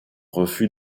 refus